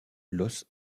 los